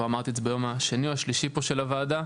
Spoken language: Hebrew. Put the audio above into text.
ואמרתי את זה כבר ביום השני או השלישי של הוועדה.